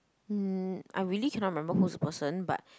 mm I really cannot remember who's the person but